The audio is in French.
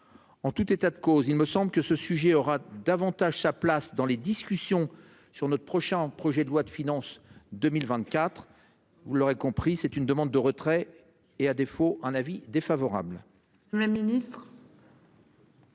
En tout état de cause, il me semble que ce sujet aura davantage sa place dans les discussions sur notre prochain projet de loi de finances 2024. Vous l'aurez compris, c'est une demande de retrait et à défaut un avis défavorable. Le ministre.